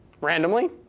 randomly